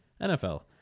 NFL